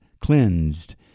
cleansed